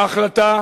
ההחלטה